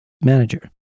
manager